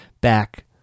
back